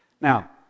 Now